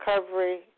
recovery